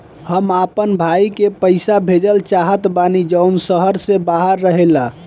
हम अपना भाई के पइसा भेजल चाहत बानी जउन शहर से बाहर रहेला